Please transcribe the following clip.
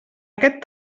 aquest